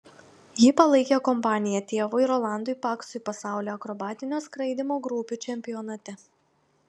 ji palaikė kompaniją tėvui rolandui paksui pasaulio akrobatinio skraidymo grupių čempionate